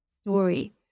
story